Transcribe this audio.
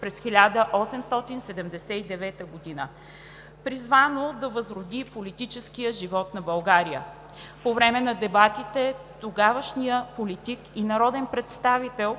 през 1879 г., призвано да възроди политическия живот на България. По време на дебатите тогавашният политик и народен представител